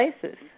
places